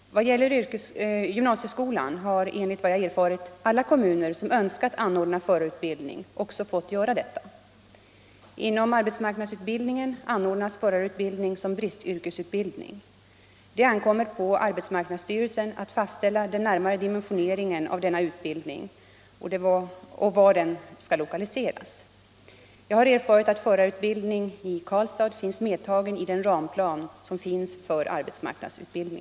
Vad gäller gymnasieskolan har, enligt vad jag erfarit, alla kommuner som önskat anordna förarutbildning också fått göra detta. Inom arbetsmarknadsutbildningen anordnas förarutbildning som bristutbildning. Det ankommer på arbetsmarknadsstyrelsen att fastställa den närmare dimensioneringen av denna utbildning och var den skall lokaliseras. Jag har erfarit att — Nr 14 förarutbildning i Karlstad finns medtagen i den ramplan som finns för Tisdagen den